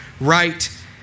right